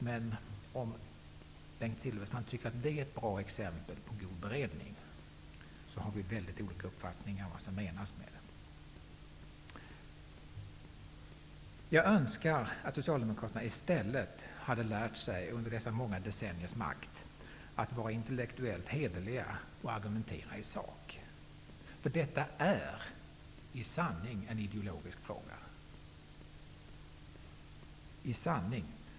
Men om Bengt Silfverstrand tycker att det är ett bra exempel på god beredning har vi väldigt olika uppfattningar om vad som menas med det. Jag önskar att Socialdemokraterna i stället, under dessa många decenniernas makt, hade lärt sig att vara intellektuellt hederliga och att argumentera i sak. Detta är nämligen i sanning en ideologisk fråga.